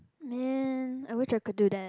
man I wished I could do that